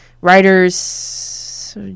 writers